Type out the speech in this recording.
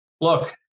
Look